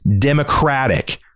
Democratic